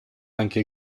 anche